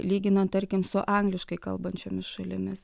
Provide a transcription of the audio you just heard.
lyginant tarkim su angliškai kalbančiomis šalimis